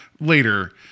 later